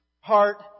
heart